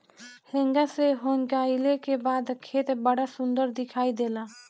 हेंगा से हेंगईले के बाद खेत बड़ा सुंदर दिखाई देला